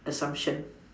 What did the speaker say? assumption